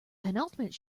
penultimate